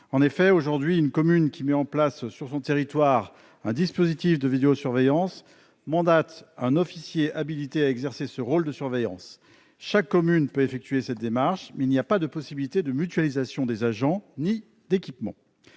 Aujourd'hui, une commune qui met en place sur son territoire un dispositif de vidéosurveillance mandate un officier habilité à exercer ce rôle de surveillance. Chaque commune peut effectuer cette démarche, mais il n'y a pas de possibilité de mutualisation des agents et des équipements.